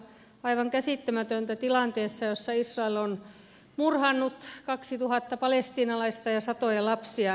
aivan käsittämätöntä tilanteessa jossa israel on murhannut kaksituhatta palestiinalaista ja satoja lapsia